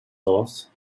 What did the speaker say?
thoughts